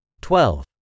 twelve